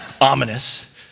ominous